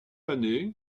année